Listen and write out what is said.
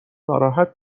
ناراحت